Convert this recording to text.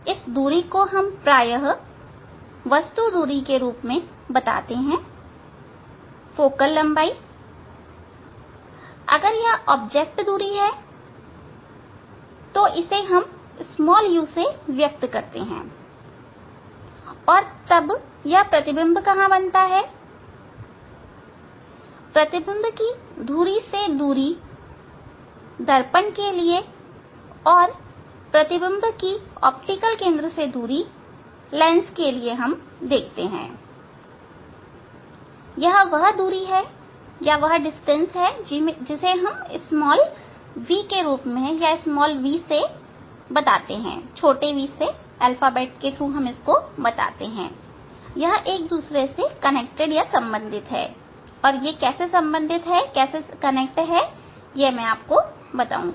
इस दूरी को हम प्रायः वस्तु दूरी के रूप में बताते हैं फोकल लंबाई अगर यह ऑब्जेक्ट दूरी है और इसे हम u से व्यक्त करते हैं और तब यह प्रतिबिंब कहां बनता है प्रतिबिंब की धुरी से दूरी दर्पण के लिये और प्रतिबिंब की ऑप्टिकल केंद्र से दूरी लेंस के लिये यह वह दूरी है इसे हम v के रूप में बताते हैं यह एक दूसरे से सम्बंधित हैं और मैं आपको यह संबंध बताऊंगा